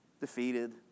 defeated